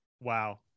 wow